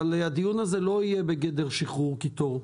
אבל הדיון הזה לא יהיה בגדר שחרור קיטור.